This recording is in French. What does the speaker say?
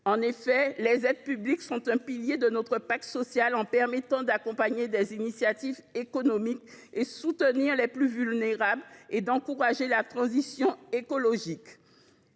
En effet, les aides publiques sont un pilier de notre pacte social. Elles permettent d’accompagner des initiatives économiques, de soutenir les plus vulnérables et d’encourager la transition écologique.